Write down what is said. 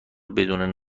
بدون